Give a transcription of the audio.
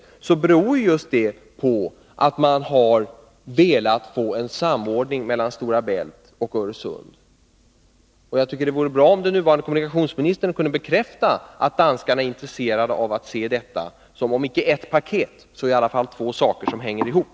Men det beror ju på att man just velat ha en samordning mellan Stora Bält och Öresund. Jag tycker det vore bra om den nuvarande kommunikationsministern kunde bekräfta att danskarna är intresserade av att se detta som, om inte ett paket så i alla fall två saker som hänger ihop.